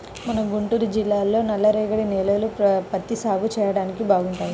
మన గుంటూరు జిల్లాలోని నల్లరేగడి నేలలు పత్తి సాగు చెయ్యడానికి బాగుంటాయి